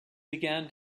began